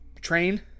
Train